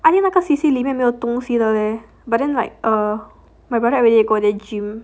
I think 那个 C_C 里面没有东西的 leh but then like err my brother everyday go there gym